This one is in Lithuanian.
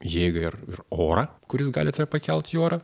jėgą ir ir orą kuris gali tave pakelt į orą